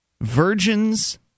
virgins